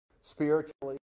spiritually